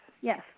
yes